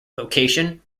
location